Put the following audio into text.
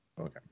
Okay